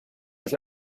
ich